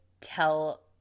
tell